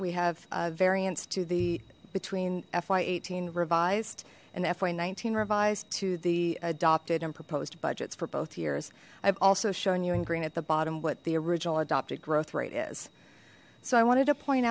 we have variants to the between fy eighteen revised and fy nineteen revised to the adopted and proposed budgets for both years i've also shown you in green at the bottom what the original adopted growth rate is so i wanted to point